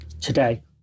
today